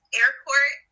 airport